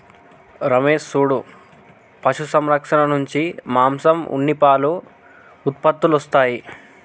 రమేష్ సూడు పశు సంరక్షణ నుంచి మాంసం ఉన్ని పాలు ఉత్పత్తులొస్తాయి